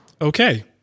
Okay